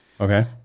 Okay